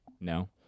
No